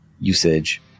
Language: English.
usage